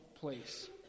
place